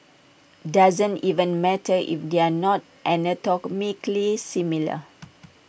doesn't even matter if they're not anatomically similar